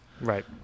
Right